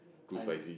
I'm